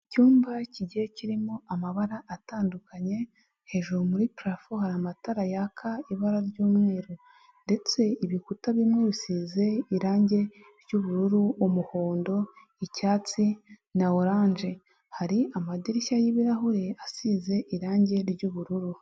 Icyumba kigiye kirimo amabara atandukanye, hejuru muri parafo hari amatara yaka ibara ry'umweru, ndetse ibikuta bimwe bisize irangi ry'ubururu, umuhondo, icyatsi na oranje, hari amadirishya y'ibirahure asize irangi ry'ubururu.